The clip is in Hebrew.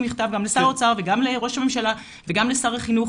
מכתב גם לשר האוצר גם לראש הממשלה וגם לשר החינוך,